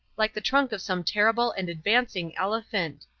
like the trunk of some terrible and advancing elephant.